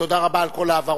תודה רבה על כל ההבהרות.